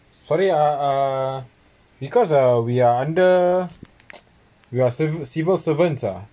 sorry uh uh because uh we are the we are civil civil servants uh